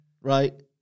right